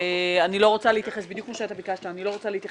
אני לא רוצה להתייחס, בדיוק כמו שביקשת, לתוכניות.